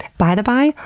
by the by,